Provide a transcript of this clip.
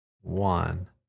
one